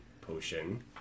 potion